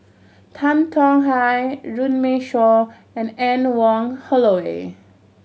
Tan Tong Hye Runme Shaw and Anne Wong Holloway